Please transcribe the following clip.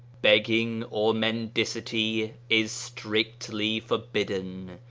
begging or mendicity is strictly forbidden,